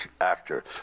actor